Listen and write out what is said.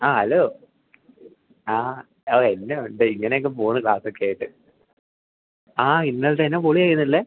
ആ ഹലോ ആ ഓ എന്നാ ഒണ്ട് ഇങ്ങനെയെക്കെ പോണു ക്ലാസ്സൊക്കെയായിട്ട് ആ ഇന്നൽത്തെ എന്നാ പൊളിയാരുന്നില്ലേ